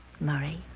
Murray